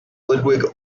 ludwig